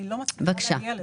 אני לא מצליחה להגיע לזה.